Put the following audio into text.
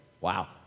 Wow